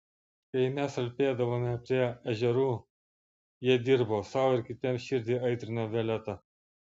kai mes alpėdavome prie ežerų jie dirbo sau ir kitiems širdį aitrino violeta